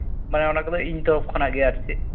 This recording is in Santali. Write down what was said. ᱢᱟᱱᱮ ᱚᱱᱟ ᱠᱚᱫᱚ ᱤᱧ ᱛᱚᱨᱚᱯᱷ ᱠᱷᱚᱱᱟᱜ ᱜᱮ ᱟᱨ ᱪᱮᱫ